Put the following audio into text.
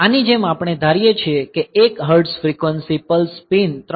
આની જેમ આપણે ધારીએ છીએ કે 1 હર્ટ્ઝ ફ્રિક્વન્સી પલ્સ પિન 3